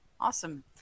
Awesome